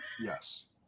Yes